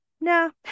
no